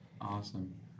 Awesome